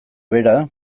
bera